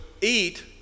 eat